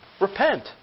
repent